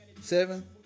Seven